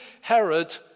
Herod